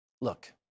Look